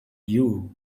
you